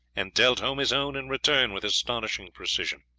and dealt home his own in return with astonishing precision.